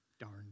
Darn